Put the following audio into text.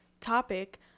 topic